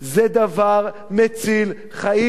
זה דבר מציל חיים.